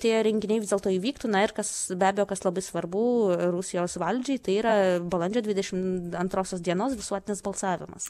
tie renginiai vis dėlto įvyktų na ir kas be abejo kas labai svarbu rusijos valdžiai tai yra balandžio dvidešim antrosios dienos visuotinis balsavimas